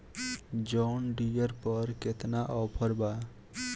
John Deere पर केतना offer बा?